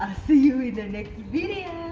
ah see you in the next video